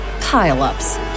pile-ups